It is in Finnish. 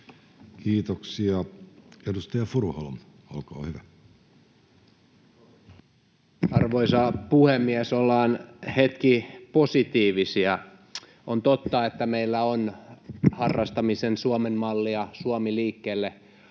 Kiitoksia. — Edustaja Furuholm, olkaa hyvä. Arvoisa puhemies! Ollaan hetki positiivisia. On totta, että meillä on harrastamisen Suomen malli, Suomi liikkeelle